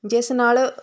ਜਿਸ ਨਾਲ